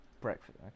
breakfast